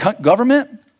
government